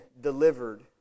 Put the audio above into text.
delivered